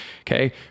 Okay